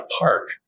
park